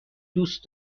دوست